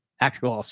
actual